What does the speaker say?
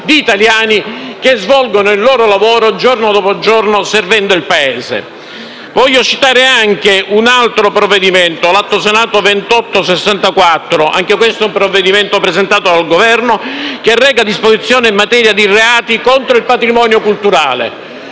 di italiani che svolgono il loro lavoro giorno dopo giorno servendo il Paese. Voglio citare anche un altro provvedimento, l'Atto Senato 2864, anch'esso un provvedimento presentato dal Governo, che reca «Disposizioni in materia di reati contro il patrimonio culturale».